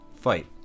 fight